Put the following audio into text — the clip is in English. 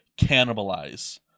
cannibalize